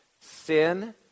sin